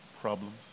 problems